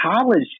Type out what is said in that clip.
college